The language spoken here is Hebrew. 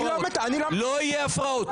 אני לא --- לא יהיו הפרעות.